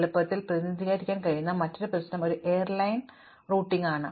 അതിനാൽ ഒരു ഗ്രാഫായി എളുപ്പത്തിൽ പ്രതിനിധീകരിക്കാൻ കഴിയുന്ന മറ്റൊരു പ്രശ്നം ഒരു എയർലൈൻ റൂട്ടിംഗാണ്